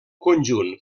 conjunt